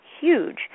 huge